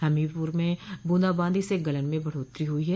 हमीरपुर में बूंदाबांदी से गलन में बढ़ोत्तरी हुई है